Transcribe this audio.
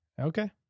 Okay